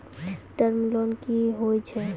Term loan कि होय छै?